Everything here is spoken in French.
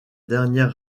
dernière